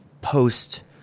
post